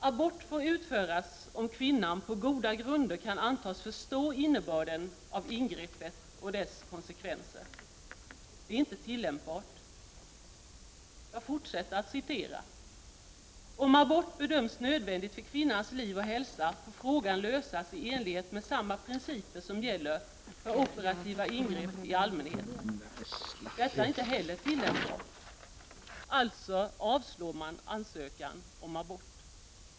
"Abort får utföras om kvinnan på goda grunder kan antas förstå innebörden av ingreppet och dess konsekvenser.” — Det är inte tillämpbart. "Om abort bedöms nödvändig för kvinnans liv och hälsa får frågan lösas i enlighet med samma principer som gäller för operativa ingrepp i allmänhet.” — Detta är inte heller tillämpbart.